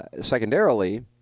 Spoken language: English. secondarily